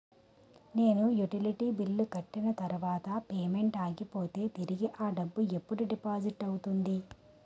నేను utility bill కట్టిన తర్వాత పేమెంట్ ఆగిపోతే తిరిగి అ డబ్బు ఎప్పుడు డిపాజిట్ అవుతుంది?